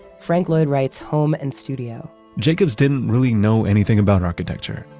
frank lloyd wright's home and studio jacobs didn't really know anything about architecture,